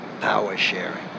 Power-sharing